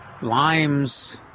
limes